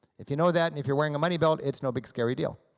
if you know that, and if you're wearing a money belt, it's no big, scary deal.